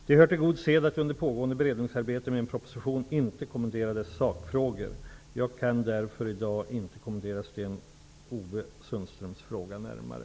Det hör till god sed att under pågående beredningsarbete med en proposition inte kommentera dess sakfrågor. Jag kan därför i dag inte kommentera Sten-Ove Sundströms fråga närmare.